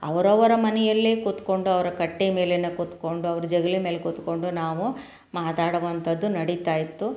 ಅವರವರ ಮನೆಯಲ್ಲೇ ಕೂತ್ಕೊಂಡು ಅವರ ಕಟ್ಟೆ ಮೇಲೆನೇ ಕೂತ್ಕೊಂಡು ಅವ್ರ ಜಗಲಿ ಮೇಲೆ ಕೂತ್ಕೊಂಡು ನಾವು ಮಾತಾಡುವಂಥದ್ದು ನಡೀತಾ ಇತ್ತು